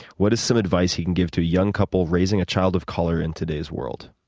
what is some advice you can give to a young couple raising a child of color in today's world?